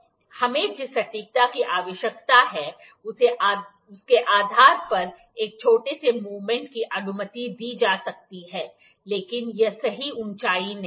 हमें जिस सटीकता की आवश्यकता है उसके आधार पर एक छोटे से मूवमेंट की अनुमति दी जा सकती है लेकिन यह सही ऊंचाई नहीं है